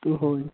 সেইটো হয়